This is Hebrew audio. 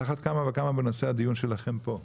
על אחת כמה וכמה בנושא הדיון שלכם פה.